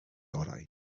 orau